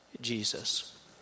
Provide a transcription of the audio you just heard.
Jesus